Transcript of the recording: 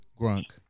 grunk